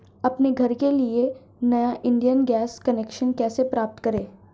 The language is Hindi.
अपने घर के लिए नया इंडियन गैस कनेक्शन कैसे प्राप्त करें?